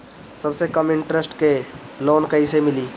सबसे कम इन्टरेस्ट के लोन कइसे मिली?